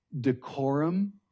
decorum